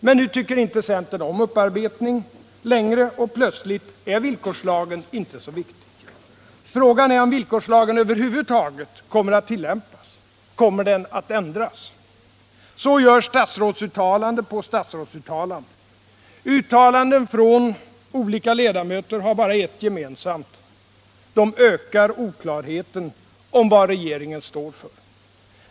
Men nu tycker inte centern om upparbetning längre, och plötsligt är villkorslagen inte så viktig. Frågan är om villkorslagen över huvud taget kommer att tillämpas. Kommer den att ändras? Så görs statsrådsuttalande på statsrådsuttalande. Uttalandena från olika ledamöter har bara ett gemensamt: de ökar oklarheten om vad regeringen står för.